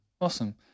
Awesome